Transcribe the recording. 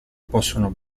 possono